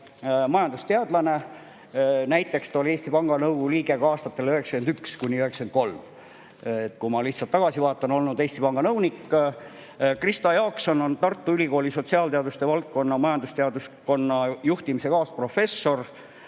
Eesti Panga Nõukogu liige ka aastatel 1991–1993. Kui ma lihtsalt tagasi vaatan, siis ta on olnud Eesti Panga nõunik. Krista Jaakson on Tartu Ülikooli sotsiaalteaduste valdkonna majandusteaduskonna juhtimise kaasprofessor.